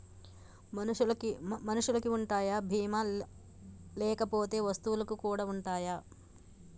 మనుషులకి ఉంటాయా బీమా లు లేకపోతే వస్తువులకు కూడా ఉంటయా?